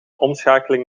omschakeling